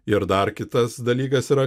ir dar kitas dalykas yra